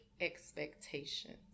expectations